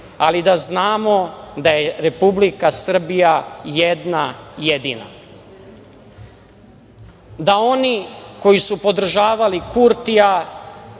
ali da znamo da je Republika Srbija jedna jedina. Da oni koji su podržavali Kurtija,